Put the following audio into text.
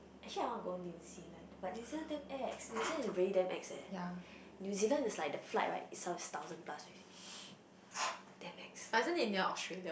actually I want to go New-Zealand but New-Zealand damn ex New-Zealand is really damn ex eh New-Zealand is like the flight right it sells thousand plus already damn ex